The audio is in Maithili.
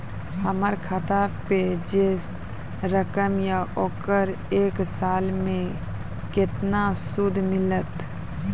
हमर खाता पे जे रकम या ओकर एक साल मे केतना सूद मिलत?